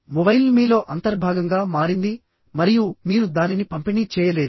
mobile మీలో అంతర్భాగంగా మారింది మరియు మీరు దానిని పంపిణీ చేయలేరు